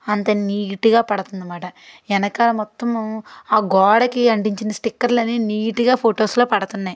అంత నీటుగా పడుతుంది అనమాట వెనకాల మొత్తము ఆ గోడకి అంటించిన స్టిక్కర్లని నీట్గా ఫొటోస్లో పడుతున్నాయి